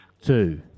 two